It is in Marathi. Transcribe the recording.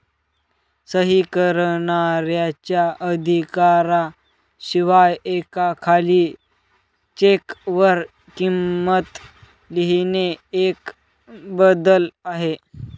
सही करणाऱ्याच्या अधिकारा शिवाय एका खाली चेक वर किंमत लिहिणे एक बदल आहे